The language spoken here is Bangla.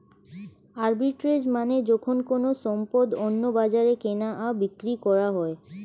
আরবিট্রেজ মানে যখন কোনো সম্পদ অন্য বাজারে কেনা ও বিক্রি করা হয়